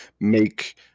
make